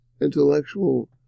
intellectual